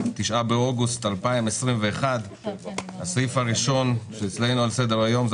9 באוגוסט 2021. הסעיף הראשון על סדר היום הוא